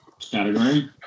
category